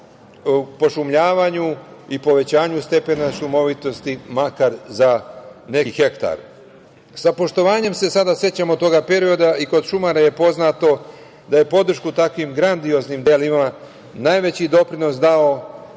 pošumljavanju i povećanju stepena šumovitosti, makar za neki hektar. Sa poštovanjem se sada sećamo tog perioda i kod šumara je poznato da je podršku takvim grandioznim delima najveći doprinos dao,